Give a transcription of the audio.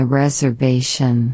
reservation